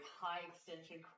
high-extension